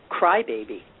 crybaby